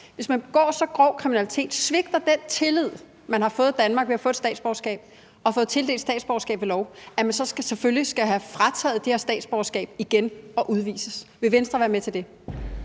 hvis man begår så grov kriminalitet og svigter den tillid, man har fået af Danmark ved at have fået et statsborgerskab og have fået tildelt statsborgerskab ved lov, selvfølgelig skal have frataget det her statsborgerskab igen og udvises? Vil Venstre være med til det?